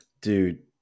dude